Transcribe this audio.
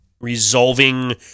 resolving